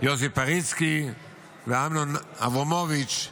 יוסי פריצקי ואמנון אברמוביץ'